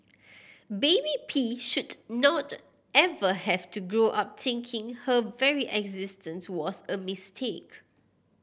baby P should not ever have to grow up thinking her very existence was a mistake